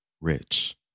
rich